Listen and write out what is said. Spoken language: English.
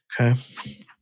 Okay